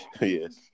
Yes